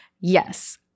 Yes